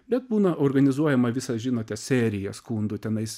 bet būna organizuojama visa žinote serija skundų tenais